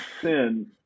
sin